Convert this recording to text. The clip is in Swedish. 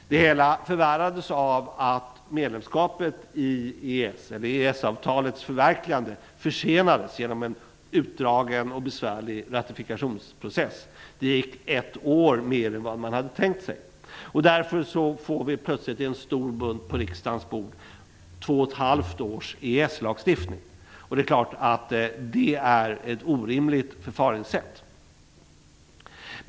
Det hela förvärrades av att EES-avtalets förverkligande försenades genom en utdragen och besvärlig ratifikationsprocess. Det gick ett år mer än vad man hade tänkt sig. Därför får vi plötsligt en stor bunt på riksdagens bord. Det är två och ett halvt års EES-lagstiftning. Det är ett orimligt förfaringssätt.